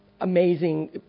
amazing